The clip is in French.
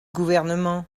gouvernement